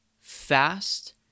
fast